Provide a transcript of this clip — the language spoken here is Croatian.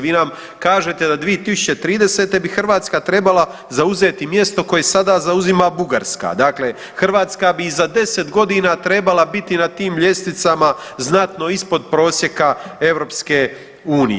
Vi nam kažete da 2030. bi Hrvatska trebala zauzeti mjesto koje sada zauzima Bugarska, dakle Hrvatska bi i za 10.g. trebala biti na tim ljestvicama znatno ispod prosjeka EU.